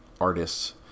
artists